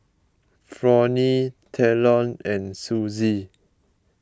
Fronnie Talon and Suzie